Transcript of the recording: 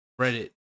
Reddit